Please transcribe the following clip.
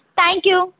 thank you